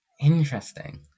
Interesting